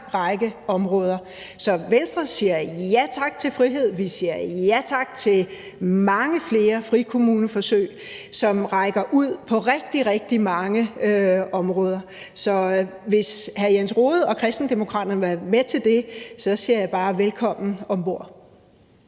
række områder. Så Venstre siger ja tak til frihed, vi siger ja tak til mange flere frikommuneforsøg, som rækker ud på rigtig, rigtig mange områder. Så hvis hr. Jens Rohde og Kristendemokraterne vil være med til det, siger jeg bare velkommen om bord.